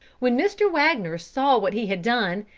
when mr. wagner saw what he had done,